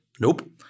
Nope